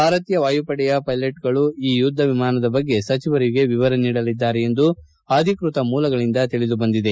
ಭಾರತೀಯ ವಾಯುಪಡೆಯ ಪೈಲಟ್ಗಳು ಈ ಯುದ್ದ ವಿಮಾನದ ಬಗ್ಗೆ ಸಚಿವರಿಗೆ ವಿವರ ನೀಡಲಿದ್ದಾರೆ ಎಂದು ಅಧಿಕೃತ ಮೂಲಗಳಿಂದ ತಿಳಿದುಬಂದಿದೆ